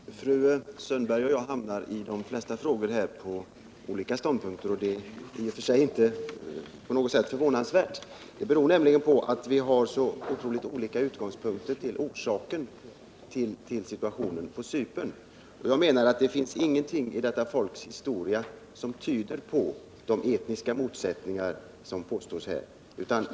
Herr talman! Fru Sundberg och jag hamnar på olika ståndpunkter, och det är i och för sig inte på något sätt förvånansvärt. Det beror nämligen på att vi har så otroligt olika utgångspunkter när det gäller orsaken till situationen på Cypern. Jag menar att det inte finns någonting i detta folks historia som tyder på etniska motsättningar, som det påstås här.